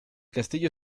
castillo